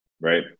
right